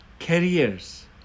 carriers